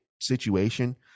situation